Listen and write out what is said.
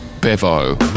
Bevo